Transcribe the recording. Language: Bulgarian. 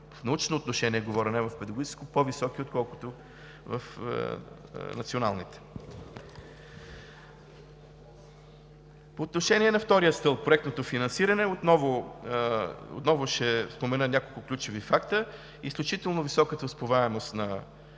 в научно отношение говоря, а не в педагогическо – по-високи, отколкото в националните. По отношение на втория стълб „Проектното финансиране“. Отново ще спомена няколко ключови факта. Изключително висока успеваемост на